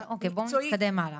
אוקיי בואו נתקדם הלאה.